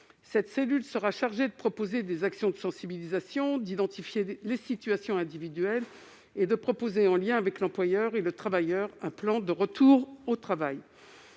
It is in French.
Cette cellule sera chargée de proposer des actions de sensibilisation, d'identifier les situations individuelles et de proposer, en lien avec l'employeur et le travailleur, un plan de retour ou de